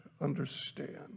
understand